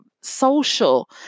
social